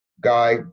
guy